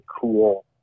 cool